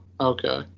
okay